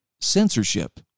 censorship